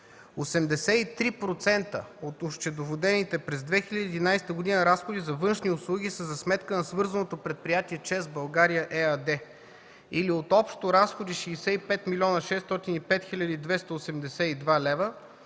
83% от осчетоводените през 2011 г. разходи за външни услуги са за сметка на свързаното предприятие „ЧЕЗ България” ЕАД или от общо разходи 65 млн. 605 хил. 282 лв.,